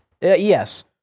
Yes